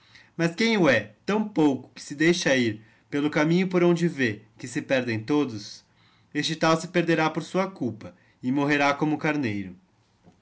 mas quem o he tão pouco que se deixa ir pelo caminho por onde vê que se perdem todos este tal se perderá por sua culpa e morrerá como o carneiro